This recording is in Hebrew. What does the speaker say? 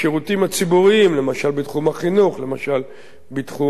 למשל בתחום החינוך ובתחום הבריאות,